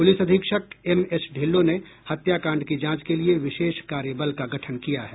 police अधीक्षक MS Dhillon ने हत्याकांड की जांच के लिये विशेष कार्यबल का गठन किया है